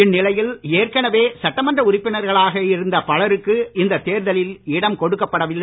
இந்நிலையில் ஏற்கனவே சட்டமன்ற உறுப்பினர்களாக இருந்த பலருக்கு இந்த தேர்தலில் இடம் கொடுக்கப்பட வில்லை